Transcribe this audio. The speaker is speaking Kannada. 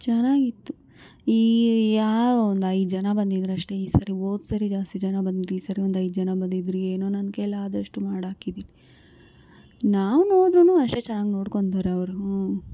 ಚೆನ್ನಾಗಿತ್ತು ಈ ಯಾವ ಒಂದೈದು ಜನ ಬಂದಿದ್ರಷ್ಟೇ ಈ ಸರಿ ಹೋದ್ಸರಿ ಜಾಸ್ತಿ ಜನ ಬಂದಿದ್ರು ಈ ಸರಿ ಒಂದೈದು ಜನ ಬಂದಿದ್ರು ಏನೋ ನನ್ನ ಕೈಲಾದಷ್ಟು ಮಾಡಾಕಿದ್ದೀನಿ ನಾವು ಹೋದ್ರೂ ಅಷ್ಟೇ ಚೆನ್ನಾಗಿ ನೋಡ್ಕೊಳ್ತಾರೆ ಅವರು ಹ್ಞೂ